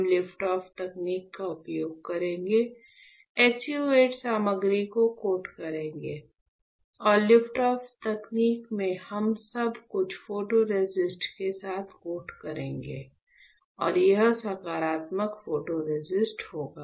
हम lift off तकनीक का उपयोग करेंगे SU 8 सामग्री को कोट करेंगे और लिफ्ट ऑफ तकनीक में हम सब कुछ फोटोरेसिस्ट के साथ कोट करेंगे और यह सकारात्मक फोटोरेसिस्ट होगा